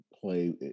play